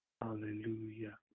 hallelujah